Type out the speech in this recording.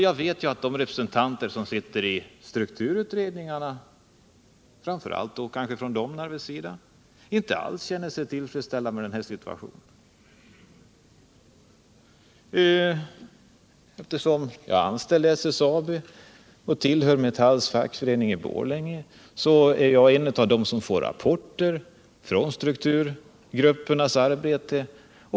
Jag vet att de fackliga representanterna i strukturutredningarna, framför allt från Domnarvet, inte 75 alls känner sig till freds med den här situationen. Eftersom jag är anställd i SSAB och tillhör Metalls fackförening i Borlänge är jag en av dem som får rapporter från strukturgruppernas arbete.